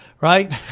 right